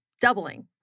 doubling